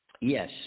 Yes